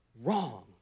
wrong